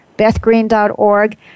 BethGreen.org